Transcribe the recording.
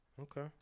okay